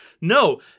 No